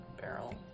Barrel